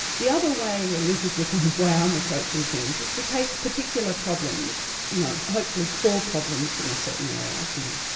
the other way, and this is the kind of way i'm approaching things, is to take particular problems, you know hopefully core problems in a certain area, you know,